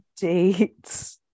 dates